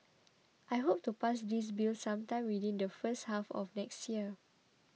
I hope to pass this bill sometime within the first half of next year